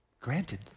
Granted